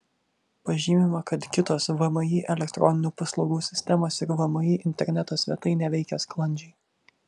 pažymima kad kitos vmi elektroninių paslaugų sistemos ir vmi interneto svetainė veikia sklandžiai